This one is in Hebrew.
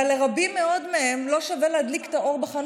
אבל לרבים מאוד מהם לא שווה להדליק את האור בחנות,